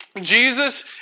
Jesus